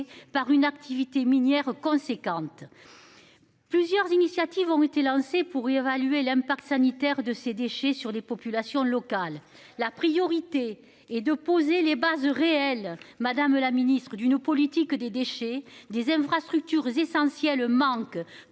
par une activité minière conséquente. Plusieurs initiatives ont été lancées pour évaluer l'impact sanitaire de ces déchets sur les populations locales. La priorité est de poser les bases réelles, madame la Ministre du nos politiques que des déchets des infrastructures essentielles. Comme